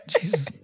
Jesus